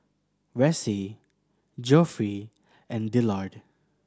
Ressie Geoffrey and Dillard